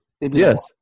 Yes